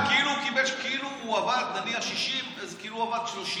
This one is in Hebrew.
הוא עבד, נניח 60, אז כאילו הוא עבד 30 שנה,